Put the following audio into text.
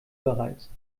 bereits